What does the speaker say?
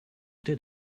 did